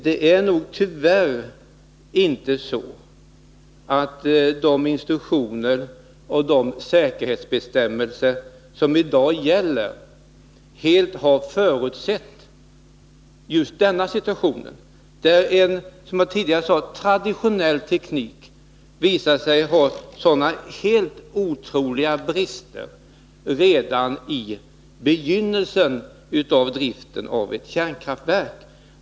Detta är nog tyvärr inte så att de instruktioner och de säkerhetsbestämmelser som i dag gäller helt har förutsett just denna situation, där — som jag tidigare sade — en traditionell teknik visar sig ha sådana helt otroliga brister redan i begynnelsen av driften av ett kärnkraftverk.